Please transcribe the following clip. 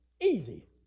easy